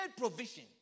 provision